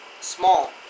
Small